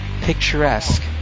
picturesque